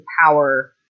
power